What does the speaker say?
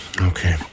Okay